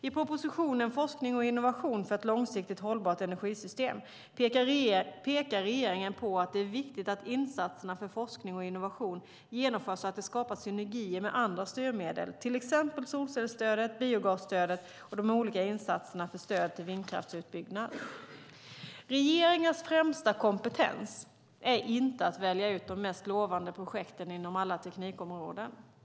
I propositionen Forskning och innovation för ett långsiktigt hållbart energisystem pekar regeringen på att det är viktigt att insatserna för forskning och innovation genomförs så att det skapar synergier med andra styrmedel, till exempel solcellsstödet, biogasstödet och de olika insatserna för stöd till vindkraftsutbyggnad. Regeringars främsta kompetens är inte att välja ut de mest lovande projekten inom alla teknikområden.